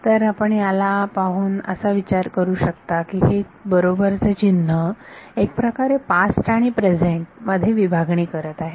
तर आपण याला पाहून असा विचार करू शकता की हे बरोबर चिन्ह एक प्रकारे पास्ट आणि प्रेझेंट मध्ये विभागणी करत आहे